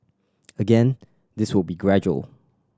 again this will be gradual